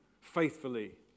faithfully